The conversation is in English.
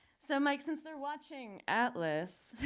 so mike, since they're watching atlas,